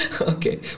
Okay